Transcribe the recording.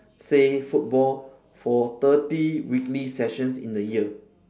say football for thirty weekly sessions in a year